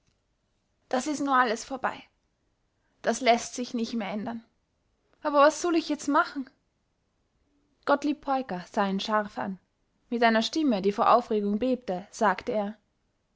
das is nu alles vorbei das läßt sich nich mehr ändern aber was sull ich jetzt machen gottlieb peuker sah ihn scharf an mit einer stimme die vor aufregung bebte sagte er